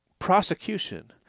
prosecution